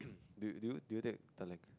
do do you do you take third lang